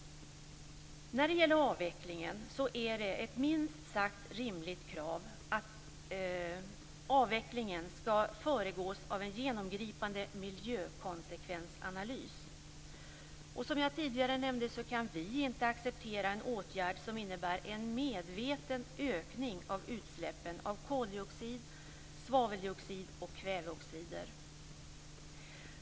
Det är ett minst sagt rimligt krav att avvecklingen skall föregås av en genomgripande miljökonsekvensanalys. Som jag tidigare nämnde kan vi inte acceptera en åtgärd som innebär en medveten ökning av utsläppen av koldioxid, svaveldioxid och kväveoxider.